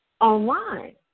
online